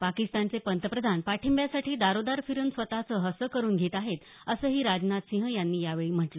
पाकिस्तानचे पंतप्रधान पाठिंब्यासाठी दारोदार फिरून स्वतःच हसं करून घेत आहेत असंही राजनाथ सिंह यांनी यावेळी म्हटलं